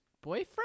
boyfriend